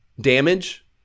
damage